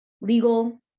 legal